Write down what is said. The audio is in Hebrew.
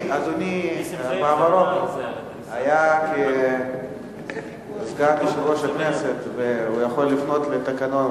אדוני בעברו היה סגן יושב-ראש הכנסת והוא יכול לפנות לתקנון.